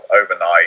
overnight